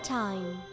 time